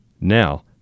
Now